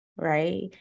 Right